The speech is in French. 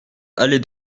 allée